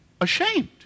ashamed